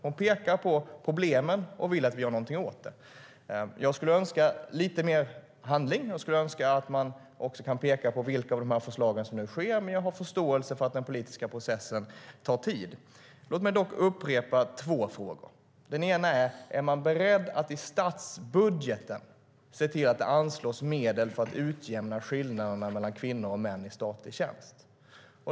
Hon pekar på problemen och vill att vi gör någonting åt dem. Jag skulle önska lite mer handling och skulle önska att man också kunde peka på vilka av förslagen som nu genomförs men jag har förståelse för att den politiska processen tar tid. Låt mig dock upprepa två frågor. Den ena är: Är man beredd att se till att det i statsbudgeten anslås medel för att utjämna skillnaderna mellan kvinnor och män i statlig tjänst?